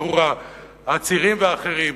ושחרור העצירים והאחרים.